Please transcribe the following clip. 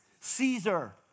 Caesar